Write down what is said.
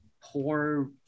poor